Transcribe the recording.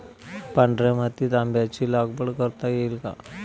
पांढऱ्या मातीत आंब्याची लागवड करता येईल का?